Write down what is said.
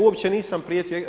Uopće nisam prijetio.